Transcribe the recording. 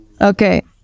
Okay